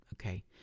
Okay